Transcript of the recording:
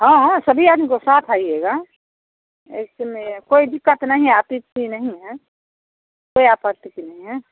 हाँ हाँ सभी आदमी को साथ आइएगा ऐसे में कोई दिक्कत नहीं है आपत्ति नहीं है कोई आपत्तिक नहीं है